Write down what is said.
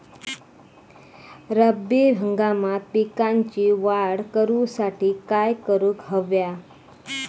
रब्बी हंगामात पिकांची वाढ करूसाठी काय करून हव्या?